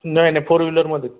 नाही नाही फोर व्हीलरमध्ये